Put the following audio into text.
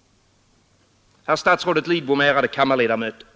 ——.” Herr statsrådet Lidbom, ärade kammarledamöter!